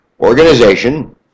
organization